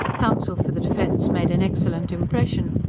counsel for the defence made an excellent impression.